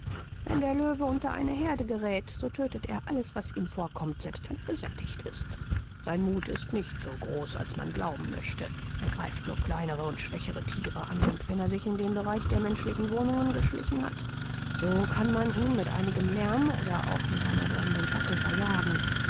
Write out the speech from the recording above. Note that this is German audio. wenn der löwe unter eine heerde geräth so tödtet er alles was ihm vorkommt selbst wenn er gesättigt ist sein muth ist nicht so groß als man glauben möchte er greift nur kleinere und schwächere thiere an und wenn er sich in den bereich der menschlichen wohnungen geschlichen hat so kann man ihn mit einigem lärm oder auch mit einer brennenden fackel verjagen